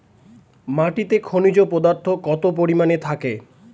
মাটিতে খনিজ পদার্থ কত পরিমাণে থাকে?